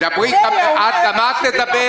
--- תקשיבי, את גמרת לדבר?